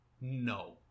no